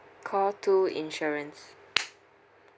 call two insurance